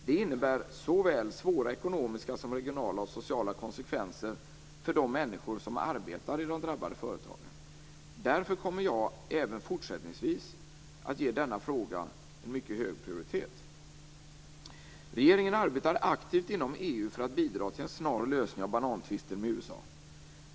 Det innebär svåra såväl ekonomiska som regionala och sociala konsekvenser för de människor som arbetar i de drabbade företagen. Därför kommer jag även fortsättningsvis att ge denna fråga en mycket hög prioritet. Regeringen arbetar aktivt inom EU för att bidra till en snar lösning av banantvisten med USA.